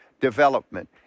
development